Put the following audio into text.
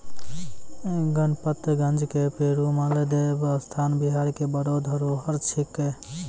गणपतगंज के पेरूमल देवस्थान बिहार के बड़ो धरोहर छिकै